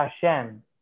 Hashem